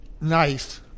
nice